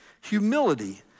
Humility